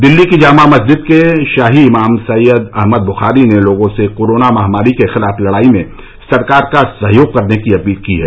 दिल्ली की जामा मस्जिद के शाही इमाम सैय्यद अहमद बुखारी ने लोगों से कोरोना महामारी के खिलाफ लड़ाई में सरकार का सहयोग करने की अपील की है